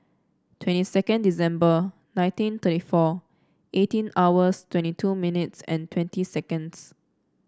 twenty second December ninety thirty four eighteen hours twenty two minutes and twenty seconds